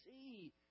see